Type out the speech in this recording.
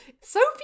Sophie